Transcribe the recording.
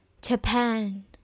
Japan